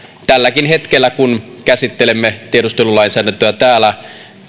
tälläkin hetkellä kun käsittelemme tiedustelulainsäädäntöä täällä